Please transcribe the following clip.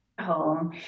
home